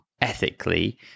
ethically